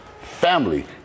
family